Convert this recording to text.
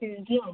ଠିକ୍ ଅଛି ଆଉ